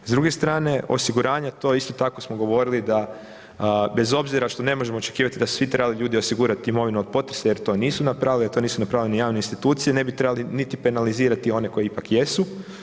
S druge strane, osiguranja, to isto tako smo govorili da bez obzira što ne možemo očekivati da su svi ljudi trebali osigurati imovinu od potresa jer to nisu napravili, jer to nisu napravili ni javne institucije ne bi trebali niti penalizirati one koji ipak jesu.